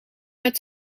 met